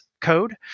code